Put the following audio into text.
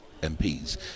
mps